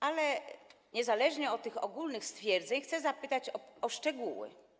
Ale niezależnie od tych ogólnych stwierdzeń chcę zapytać o szczegóły.